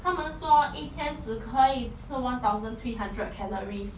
他们说一天只可以吃 one thousand three hundred calories